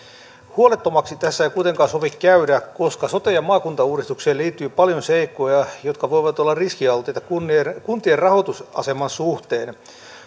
huolettomaksi tässä ei kuitenkaan sovi käydä koska sote ja maakuntauudistukseen liittyy paljon seikkoja jotka voivat olla riskialttiita kuntien kuntien rahoitusaseman suhteen